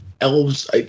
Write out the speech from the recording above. elves